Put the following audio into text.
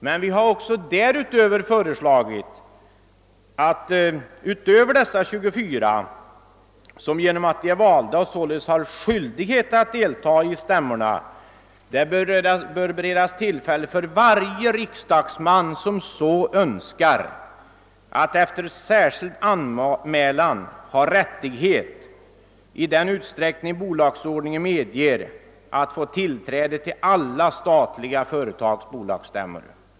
Men vi har också föreslagit att utöver dessa 24, som genom att de är valda har skyldighet att delta i stämmorna, tillfälle bör beredas varje riksdagsledamot som så önskar att efter särskild anmälan få tillträde till alla de statliga företagens bolagsstämmor i den utsträckning som bolagsordningarna medger.